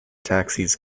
taxis